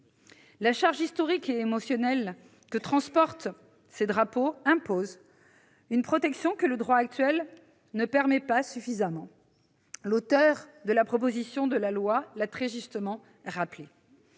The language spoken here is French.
La charge historique et émotionnelle que véhiculent ces drapeaux impose d'assurer une protection que le droit actuel ne permet pas suffisamment. L'auteur de la proposition de loi l'a très justement rappelé.